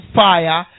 fire